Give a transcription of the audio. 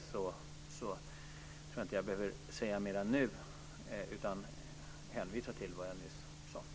Jag tror inte att jag behöver säga mer nu, utan jag hänvisar det jag nyss sade.